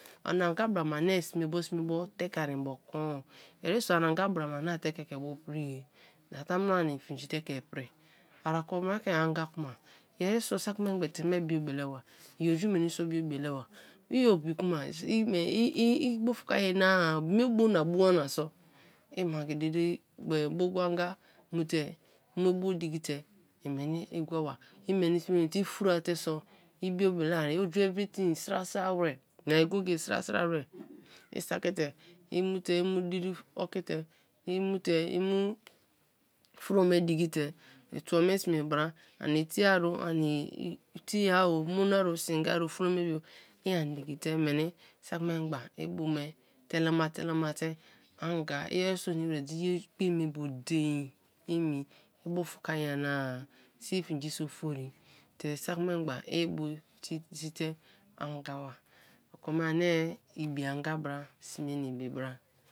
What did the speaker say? A anga bra me ani sme bo tekear mbo kon, yeriso an anga bra anga brame ani ate ke ibu priye tamuno ani finji te ke ipri, ari kon me ke anga kuma yeriso sak memgba iteme biobe le iba iyo- oju menie so bio bele ba obi kma i bufka nyana-a mie bona boa- na soi mangi diri buigwo anga mute i mu i bu diki te i me ni i gwo ba i meni sme nweni i te i jo fura te so i bio bele idi everything sra sra wei mie ye go go e sra wra ti saki te i mute i mute i mu diri o kite imute i mu furo me dikite tuo me sme bra ani tie ro ani tie-a o, monia o singe o fro me bu i an dikite meni sak memgba i bu me telema, tele ma te ngia yeriso nimi wer i ekpe me bu dein emi i bufka nyan a si finji so ofori te sak memgba ibu tei te anga ba oke me ani ibi anga bra sme ne ibi bra.